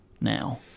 now